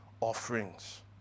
offerings